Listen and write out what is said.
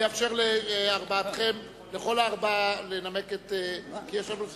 אני אאפשר לכל הארבעה לנמק, כי יש לנו זמן.